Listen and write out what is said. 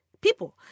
people